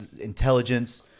intelligence